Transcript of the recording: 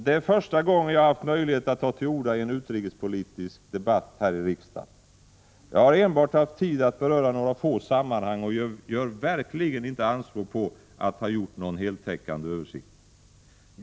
Det är första gången jag haft möjlighet att ta till orda i en utrikesdebatt i riksdagen. Jag har enbart haft tid att beröra några få sammanhang och gör verkligen inte anspråk på att ha gjort någon heltäckande översikt.